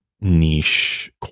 niche